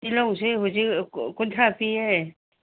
ꯇꯤꯜꯍꯧꯁꯦ ꯍꯧꯖꯤꯛ ꯀꯨꯟꯊ꯭ꯔꯥ ꯄꯤꯌꯦ